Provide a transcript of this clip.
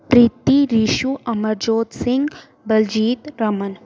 Preeti Rishu Amarjot Singh Baljeet Raman